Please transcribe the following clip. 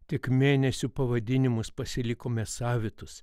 tik mėnesių pavadinimus pasilikome savitus